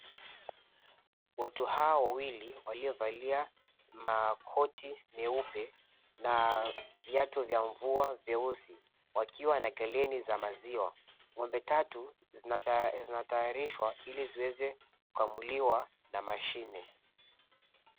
Watu hawa wawili waliovalia makoti meupe na viatu vya mvua vyeusi wakiwa na geleni za maziwa. Ng'ombe tatu zinatayarishwa ili ziweze kukamuliwa na mashine.